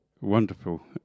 wonderful